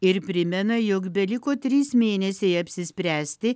ir primena jog beliko trys mėnesiai apsispręsti